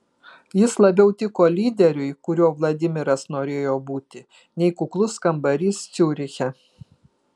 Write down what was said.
jis labiau tiko lyderiui kuriuo vladimiras norėjo būti nei kuklus kambarys ciuriche